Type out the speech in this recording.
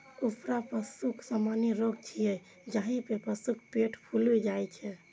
अफरा पशुक सामान्य रोग छियै, जाहि मे पशुक पेट फूलि जाइ छै